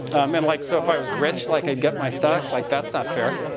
and like so if i was rich, like, i'd get my stock. like, that's not fair.